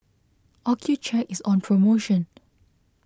Accucheck is on promotion